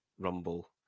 rumble